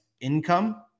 income